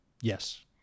Yes